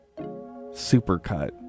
Supercut